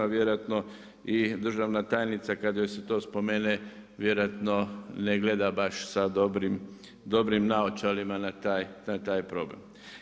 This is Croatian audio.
Vjerojatno i državna tajnica kad joj se to spomene vjerojatno ne gleda baš sa dobrim naočalama na taj problem.